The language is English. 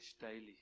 daily